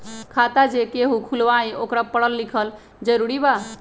खाता जे केहु खुलवाई ओकरा परल लिखल जरूरी वा?